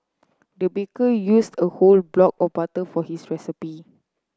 the baker used a whole block of butter for his recipe